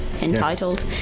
entitled